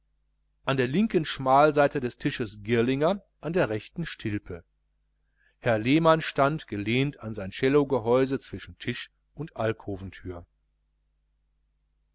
an der linken schmalseite des tisches girlinger an der rechten stilpe herr lehmann stand gelehnt an sein cellogehäuse zwischen tisch und